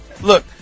Look